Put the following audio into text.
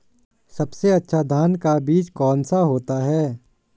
सबसे अच्छा धान का बीज कौन सा होता है?